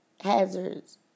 hazards